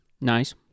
Nice